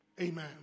Amen